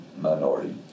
minority